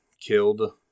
killed